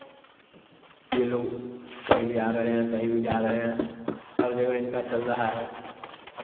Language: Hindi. कि ये लोग कहीं भी आ रहे हैं कहीं भी जा रहे हैं हर जगह इनका चल रहा है